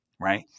Right